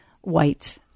white